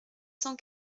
cent